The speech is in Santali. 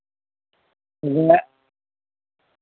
ᱵᱚᱞᱮ